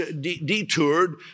detoured